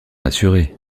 assurer